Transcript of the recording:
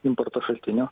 importo šaltinio